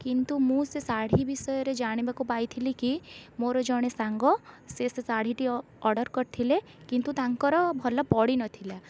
କିନ୍ତୁ ମୁଁ ସେ ଶାଢ଼ୀ ବିଷୟରେ ଜାଣିବାକୁ ପାଇଥିଲି କି ମୋର ଜଣେ ସାଙ୍ଗ ସେ ସେ ଶାଢ଼ୀଟି ଅର୍ଡ଼ର୍ କରିଥିଲେ କିନ୍ତୁ ତାଙ୍କର ଭଲ ପଡ଼ିନଥିଲା